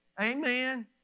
Amen